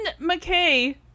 McKay